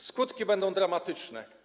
Skutki będą dramatyczne.